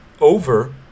over